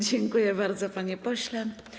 Dziękuję bardzo, panie pośle.